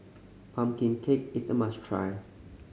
pumpkin cake is a must try